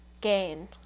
gain